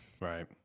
Right